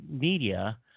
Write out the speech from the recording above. Media